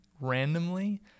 randomly